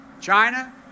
China